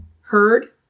heard